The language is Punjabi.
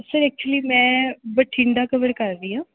ਸਰ ਐਕਚੁਲੀ ਮੈਂ ਬਠਿੰਡਾ ਕਵਰ ਕਰ ਰਹੀ ਹਾਂ